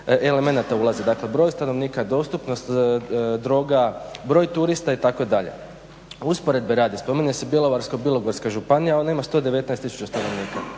elemenata ulazi, dakle, broj stanovnika, dostupnost droga, broj turista itd. usporedbe radi spominje se Bjelovarsko-bilogorska županija. Ona ima 119 tisuća stanovnika,